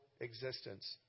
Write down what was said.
existence